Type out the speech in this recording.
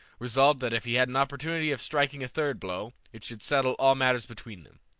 resolved that if he had an opportunity of striking a third blow, it should settle all matters between them.